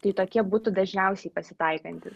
tai tokie būtų dažniausiai pasitaikanti